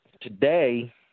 Today